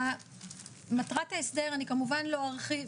מטרת ההסדר, אני כמובן לא ארחיב.